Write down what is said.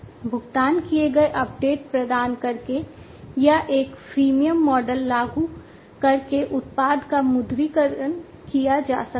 भुगतान किए गए अपडेट प्रदान करके या एक फ्रीमियम मॉडल लागू करके उत्पाद का मुद्रीकरण किया जा सकता है